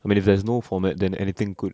I mean if there's no format then anything could